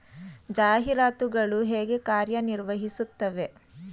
ಜಾಹೀರಾತುಗಳು ಹೇಗೆ ಕಾರ್ಯ ನಿರ್ವಹಿಸುತ್ತವೆ?